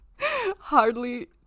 Hardly